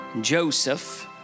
Joseph